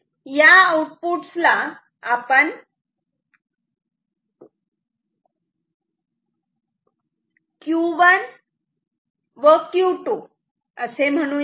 या आउटपुटस ला आपण Q1 व Q2 असे म्हणू यात